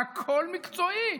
הכול מקצועי,